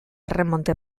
erremonte